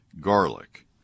garlic